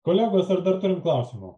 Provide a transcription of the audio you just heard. kolegos ar dar turim klausimų